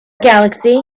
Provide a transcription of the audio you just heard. galaxy